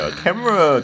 camera